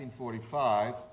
1945